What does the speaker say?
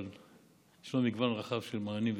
אבל יש מגוון רחב של מענים וסיוע.